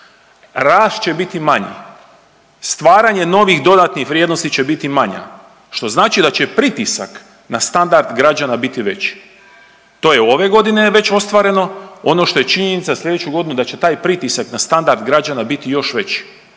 rast će biti manji. Stvaranje novih dodatnih vrijednosti će biti manja, što znači da će pritisak na standard građana biti veći. To je ove godine je već ostvareno, ono što je činjenica, sljedeću godinu da će taj pritisak na standard građana biti još i veći